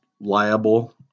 liable